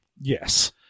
Yes